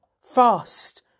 fast